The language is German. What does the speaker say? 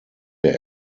der